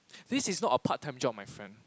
this is not a part-time job my friend